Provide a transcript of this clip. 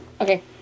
Okay